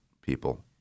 people